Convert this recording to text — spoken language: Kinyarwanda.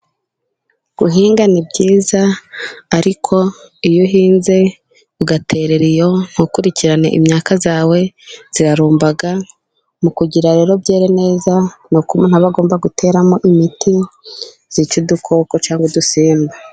Guhinga ni byiza, ariko iyo uhinze ugaterera iyo ntukurikirane imyaka yawe irarumba, mu kugira rero byere neza nuko umuntu aba agomba guteramo imiti zica udukoko cyangwa udusimba.